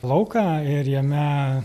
lauką ir jame